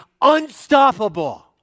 unstoppable